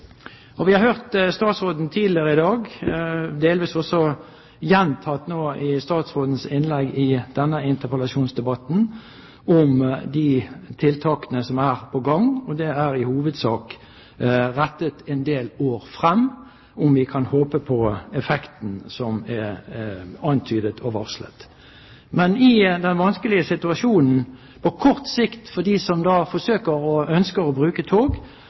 Norge. Vi har hørt statsråden tidligere i dag, delvis er det også gjentatt i hennes innlegg i denne interpellasjonsdebatten, om de tiltakene som er på gang. Det er i hovedsak rettet en del år frem – om vi kan håpe på effekten som er antydet og varslet. Men i den vanskelige situasjonen på kort sikt – for dem som da ønsker å bruke tog